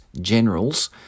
generals